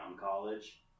college